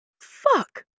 Fuck